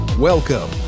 Welcome